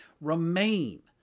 remain